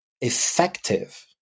effective